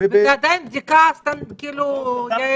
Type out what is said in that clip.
ועדיין בדיקה יעילה?